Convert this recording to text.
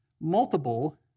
multiple